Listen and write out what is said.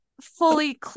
fully